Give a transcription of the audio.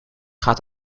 gaat